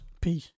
Peace